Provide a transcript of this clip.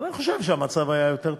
אבל אני חושב שהמצב היה יותר טוב.